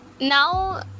now